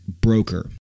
broker